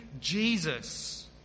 Jesus